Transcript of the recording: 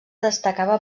destacava